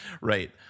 right